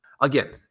Again